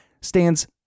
stands